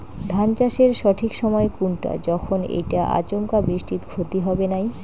ধান চাষের সঠিক সময় কুনটা যখন এইটা আচমকা বৃষ্টিত ক্ষতি হবে নাই?